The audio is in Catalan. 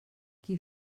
qui